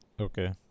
Okay